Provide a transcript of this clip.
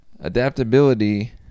adaptability